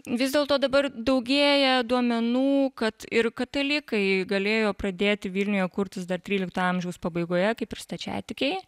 vis dėlto dabar daugėja duomenų kad ir katalikai galėjo pradėti vilniuje kurtis dar trylikto amžiaus pabaigoje kaip ir stačiatikiai